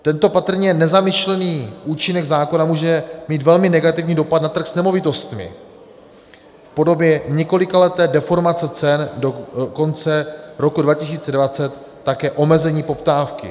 Tento patrně nezamýšlený účinek zákona může mít velmi negativní dopad na trh s nemovitostmi v podobě několikaleté deformace cen, do konce roku 2020 také omezení poptávky.